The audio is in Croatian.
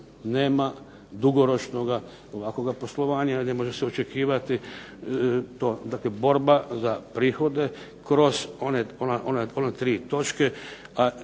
nema dugoročnoga ovakvoga poslovanja. Ne može se očekivati to, dakle borba za prihode kroz one 3 točke,